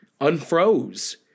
unfroze